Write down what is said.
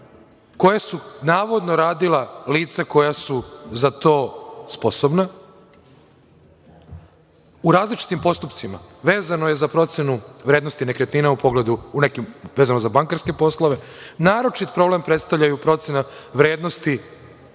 koje su navodno radila lica koja su za to sposobna, u različitim postupcima, vezano je za procenu vrednosti nekretnina, vezano za bankarske poslove. Naročit problem predstavlja procena vrednosti